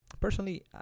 personally